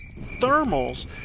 thermals